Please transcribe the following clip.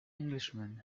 englishman